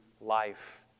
life